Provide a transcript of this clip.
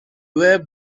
were